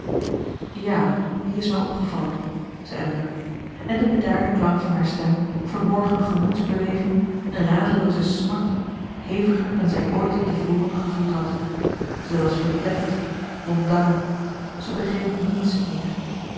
ja die is mij opgevallen zei elinor en de bedaarde klank van haar stem verborg een gemoedsbeweging een radelooze smart heviger dan zij ooit te voren gevoeld had zij was verpletterd ontdaan zij begreep niets meer